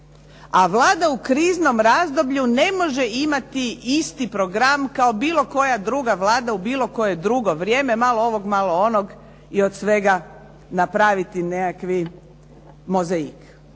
A Vlada u kriznom razdoblju ne može imati isti program kao bilo koja druga Vlada u bilo koje drugo vrijeme. Malo ovog, malo onog i od svega napraviti nekakvi mozaik.